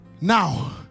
now